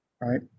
right